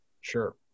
Sure